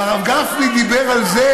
אם היינו מתעוררים לפני שבועיים,